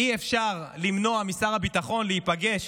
אי-אפשר למנוע משר הביטחון להיפגש